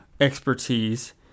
expertise